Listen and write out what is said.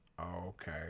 okay